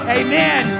amen